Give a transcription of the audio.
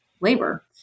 labor